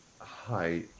hi